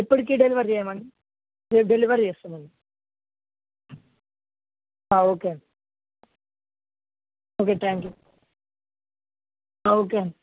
ఎప్పటికీ డెలివరీ చేయమండి రేపు డెలివరీ చేస్తామండి ఓకే అండి ఓకే థ్యాంక్ యూ ఓకే అండి